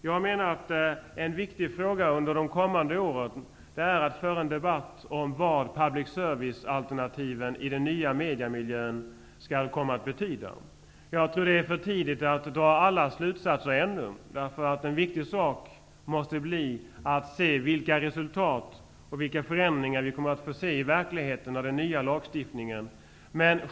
Jag menar att det under de kommande åren är viktigt att föra en debatt om vad public service-alternativen i den nya mediamiljön skall komma att betyda. Jag tror att det är för tidigt att dra alla slutsatser. En viktig sak måste bli att se vilka resultat och vilka förändringar vi i verkligheten kommer att få med den nya lagstiftningen.